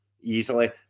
easily